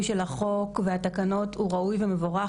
של החוק והתקנות הוא נכון וראוי ומבורך,